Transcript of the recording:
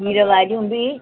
खीर वारियूं बि